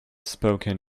spoken